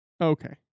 Okay